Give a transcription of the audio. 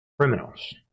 criminals